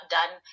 done